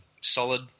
solid